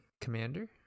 Commander